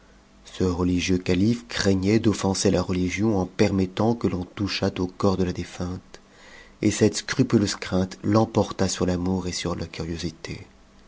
ce religieux calife craignait d'offenser la religion en permettant que l'on touchât au corps de la défunte et cette scrupuleuse crainte l'emporta sur l'amour et sur la